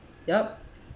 yup